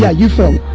yeah you film